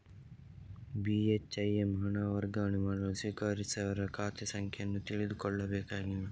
ಬಿ.ಹೆಚ್.ಐ.ಎಮ್ ಹಣ ವರ್ಗಾವಣೆ ಮಾಡಲು ಸ್ವೀಕರಿಸುವವರ ಖಾತೆ ಸಂಖ್ಯೆ ಅನ್ನು ತಿಳಿದುಕೊಳ್ಳಬೇಕಾಗಿಲ್ಲ